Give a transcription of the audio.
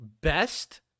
best